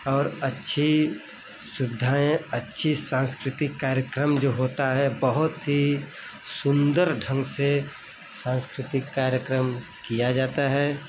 और अच्छी सुविधाएँ अच्छी सांस्कृतिक कार्यक्रम जो होता है बहुत ही सुंदर ढंग से सांस्कृतिक कार्यक्रम किया जाता है